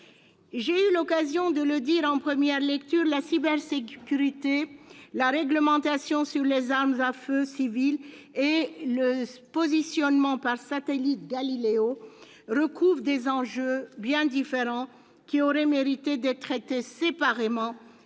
J'ai eu l'occasion de le dire en première lecture, la cybersécurité, la réglementation sur les armes à feu civiles et le système de positionnement par satellite Galileo recouvrent des enjeux bien différents, qui auraient mérité d'être traités séparément